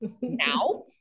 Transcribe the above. now